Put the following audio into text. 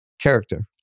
character